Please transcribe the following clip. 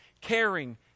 caring